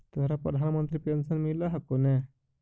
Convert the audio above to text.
तोहरा प्रधानमंत्री पेन्शन मिल हको ने?